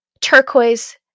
turquoise